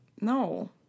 No